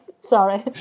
Sorry